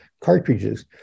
cartridges